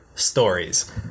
Stories